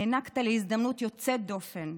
הענקת לי הזדמנות יוצאת דופן,